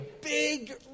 big